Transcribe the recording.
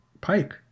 Pike